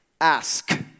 ask